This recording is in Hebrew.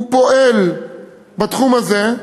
הוא פועל בתחום הזה,